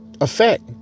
effect